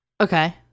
okay